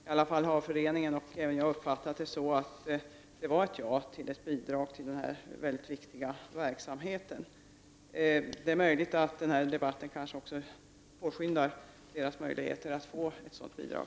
I varje fall har föreningen och även jag uppfattat det så, att riksdagens beslut innebar ett ja till ett bidrag till denna mycket viktiga verksamhet. Det är möjligt att denna debatt också påskyndar föreningens möjligheter att få ett sådant bidrag.